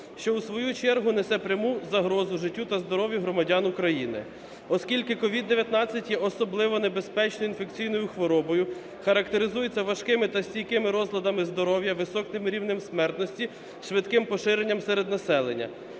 що у свою чергу несе пряму загрозу життю та здоров'ю громадян України. Оскільки COVID-19 є особливо небезпечною інфекційною хворобою, характеризується важкими та стійкими розладами здоров'я, високим рівнем смертності, швидким поширенням серед населення,